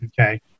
Okay